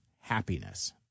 happiness